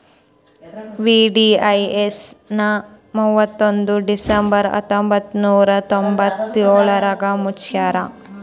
VDIS ನ ಮುವತ್ತೊಂದ್ December ಹತ್ತೊಂಬತ್ ನೂರಾ ತೊಂಬತ್ತಯೋಳ್ರಾಗ ಮುಚ್ಚ್ಯಾರ